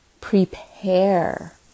prepare